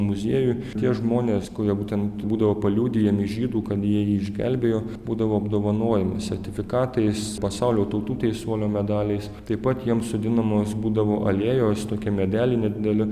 muziejuj tie žmonės kurie būtent būdavo paliudijami žydų kad jie jį išgelbėjo būdavo apdovanojami sertifikatais pasaulio tautų teisuolio medaliais taip pat jiems sodinamos būdavo aliejaus tokie medeliai nedideli